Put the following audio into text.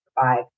five